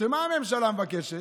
מה הממשלה מבקשת?